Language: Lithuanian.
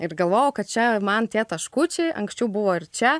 ir galvojau kad čia man tie taškučiai anksčiau buvo ir čia